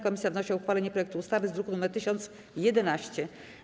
Komisja wnosi o uchwalenie projektu ustawy z druku nr 1011.